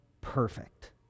perfect